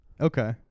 Okay